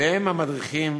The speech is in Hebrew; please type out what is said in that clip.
והם המדריכים